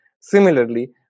Similarly